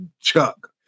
chuck